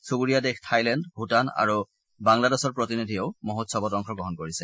চুবুৰীয়া দেশ থাইলেণ্ড ভূটান আৰু বাংলাদেশৰ প্ৰতিনিধিয়েও মহোৎসৱত অংশগ্ৰহণ কৰিছে